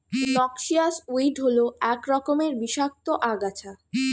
noxious weed হল এক রকমের বিষাক্ত আগাছা